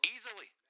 Easily